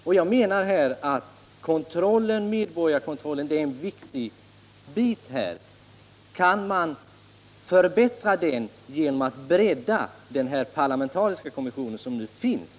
Frågan om medborgarkontrollen är viktig i det här sammanhanget, och man bör undersöka om man kan förbättra medborgarkontrollen genom att bredda den parlamentariska kommission som nu finns.